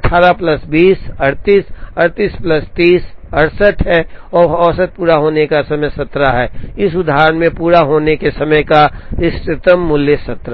18 plus 20 38 38 plus 30 68 है और औसत पूरा होने का समय 17 है इस उदाहरण में पूरा होने के समय का इष्टतम मूल्य 17 है